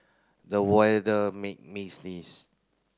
the weather made me sneeze